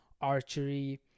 archery